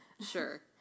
Sure